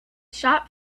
shop